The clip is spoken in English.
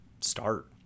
start